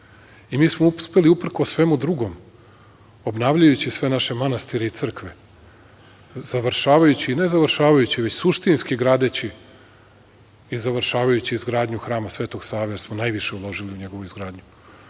smo uspeli, uprkos svemu drugom, obnavljajući sve naše manastire i crkve, završavajući, ne završavajući, već suštinski gradeći i završavajući izgradnju Hrama Svetog Save, jer smo najviše uložili u njegovu izgradnju,